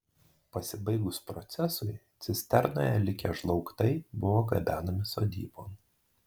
pasibaigus procesui cisternoje likę žlaugtai buvo gabenami sodybon